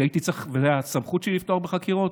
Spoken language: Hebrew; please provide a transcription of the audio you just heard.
כשהייתי צריך, כשזה היה הסמכות שלי לפתוח בחקירות.